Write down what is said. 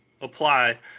apply